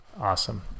Awesome